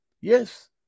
yes